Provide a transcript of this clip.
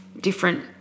different